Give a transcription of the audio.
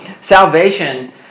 salvation